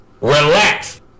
relax